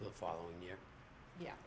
the following year yeah